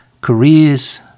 careers